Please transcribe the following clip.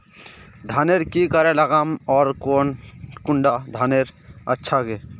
धानेर की करे लगाम ओर कौन कुंडा धानेर अच्छा गे?